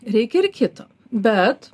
reikia ir kito bet